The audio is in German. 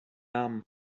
namen